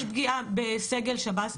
יש פגיעה בסגל שב"ס.